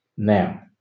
Now